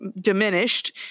diminished